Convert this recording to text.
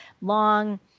long